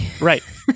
Right